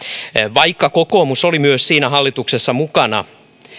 vaikka kokoomus oli myös siinä hallituksessa mukana